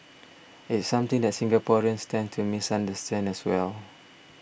it's something that Singaporeans tend to misunderstand as well